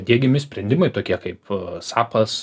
diegiami sprendimai tokie kaip sapas